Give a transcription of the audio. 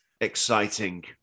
Exciting